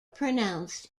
pronounced